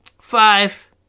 five